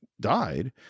died